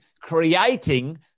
creating